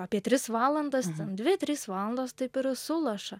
apie tris valandas dvi trys valandos taip ir sulaša